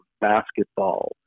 basketball